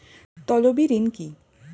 তলবি ঋণ কি?